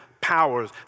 powers